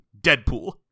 Deadpool